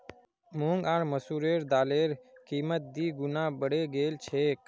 मूंग आर मसूरेर दालेर कीमत दी गुना बढ़े गेल छेक